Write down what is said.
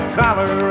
collar